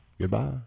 Goodbye